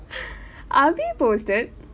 abi posted